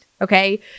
Okay